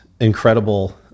incredible